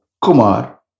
Kumar